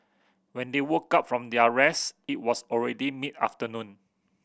when they woke up from their rest it was already mid afternoon